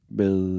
med